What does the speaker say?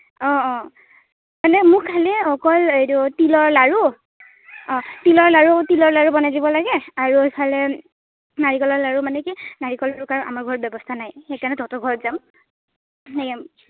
অঁ অঁ মানে মোক খালি অকল এইটো তিলৰ লাৰু তিলৰ লাৰু তিলৰ লাৰু বনাই দিব লাগে আৰু এইফালে নাৰিকলৰ লাৰু মানে কি নাৰিকল ৰুকাৰ আমাৰ ঘৰত ব্যৱস্থা নাই সেইকাৰণে তহঁতৰ ঘৰত যাম